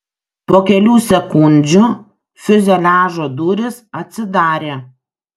po kelių sekundžių fiuzeliažo durys atsidarė